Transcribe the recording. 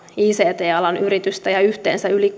ict alan yritystä ja yhteensä yli